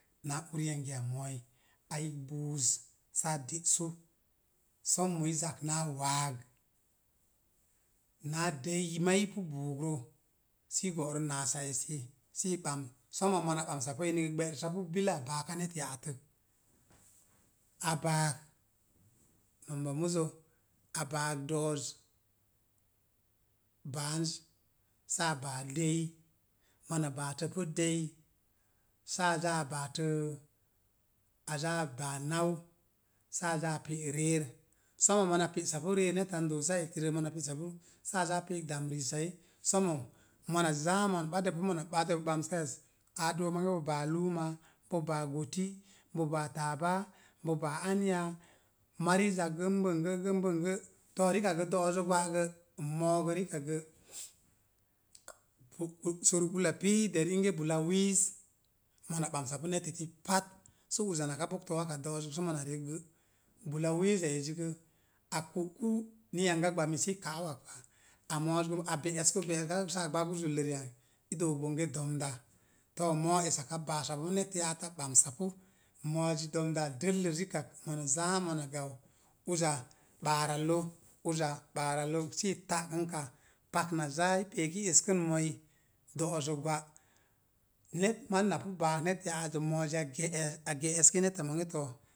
Naa uri yangiya mo̱o̱i. A yikp buuz saa digsu. Sommo i zak naa waag naa dei maa ipu buugrə sə i go̱'rə naasa esi sii ɓams. Somo mona ɓamsapu eni so̱ gə gbe'rəsapa bilaa baaka net ya'attək. A baak nomba muzo, a baak do̱'o̱z baanz saa baa de̱i. Mona baatəpu de̱i, saa zaa baatəə a zaa baa nau, saa zaa pe’ reer. Somo mona pe'sapu reer neta n doosa etirə, mona pe'sapu, saa zo pe'ek damriisai. Somo, mona zaa mona ɓadə pu mona ɓadə bamsəka es, a dook monge bo baa luuma, bo baa goti, bo baa tabo bo baa anya mari zak gənbəngə gən bəngə. To, rikak sə do̱'o̱zə gwa gə, moo gə rikak gə ku ku'sur ula pii i dev inge bula wiiz, mona ɓamsapu netati pat sə oza naka boktə waka do̱'o̱zək sə mona rek gə, bula wiiza ezi gə a ku'ku ni yanga gbami sii ka'uwak. A mo̱o̱z gə a pe̱'e̱sku pe̱'kawi sə. gbagu zullo ri'ang. i dook bonge domda. To, moo a baasapu net ya'at esak a ɓamsapu, moozi domdaa dəlləz rikak mona zaa mona gau, uza ɓaarallə, uza ɓaarallə sii dakənka. Pak na zaa i pe'ek i eskən mo̱o̱ ii do̱'o̱zə gwa. Net, maz napu baak net ya'atə mo̱o̱zi a ge̱'e̱k a ge̱'e̱ski neta monge to